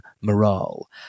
morale